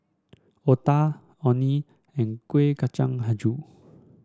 otah Orh Nee and Kuih Kacang hijau